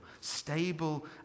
stable